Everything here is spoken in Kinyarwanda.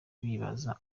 bibabaza